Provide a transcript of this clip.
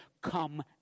come